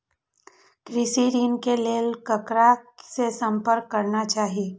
कृषि ऋण के लेल ककरा से संपर्क करना चाही?